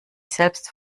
selbst